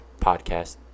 podcast